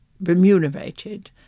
remunerated